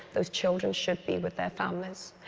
those children should be with their families,